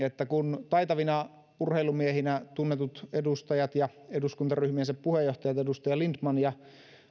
että kun taitavina urheilumiehinä tunnetut edustajat ja eduskuntaryhmiensä puheenjohtajat lindtman ja